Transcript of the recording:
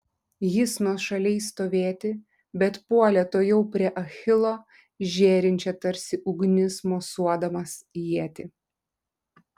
jis nuošaliai stovėti bet puolė tuojau prie achilo žėrinčią tarsi ugnis mosuodamas ietį